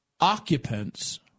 occupants